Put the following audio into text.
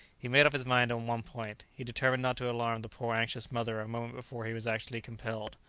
he made up his mind on one point. he determined not to alarm the poor anxious mother a moment before he was actually compelled.